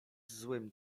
złym